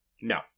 No